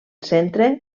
centre